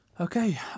Okay